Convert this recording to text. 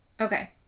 Okay